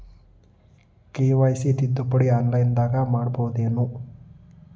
KYC ತಿದ್ದುಪಡಿ ಆನ್ಲೈನದಾಗ್ ಮಾಡ್ಬಹುದೇನು?